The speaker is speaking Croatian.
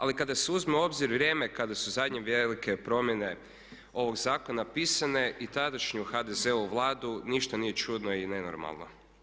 Ali kada se uzme u obzir vrijeme kada su zadnje velike promjene ovog zakona pisane i tadašnju HDZ-ovu Vladu ništa nije čudno i nenormalno.